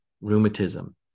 rheumatism